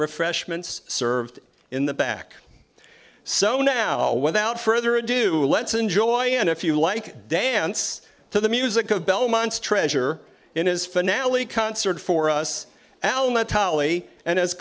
refreshments served in the back so now without further ado let's enjoy and if you like dance to the music of belmont's treasure in his finale concert for us al natale and his